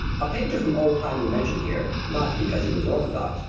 a painter from old time we mention here, not because he was orthodox,